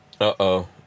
Uh-oh